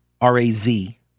R-A-Z